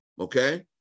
okay